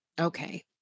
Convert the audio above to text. Okay